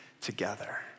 together